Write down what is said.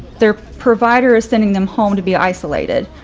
their provider is sending them home to be isolated,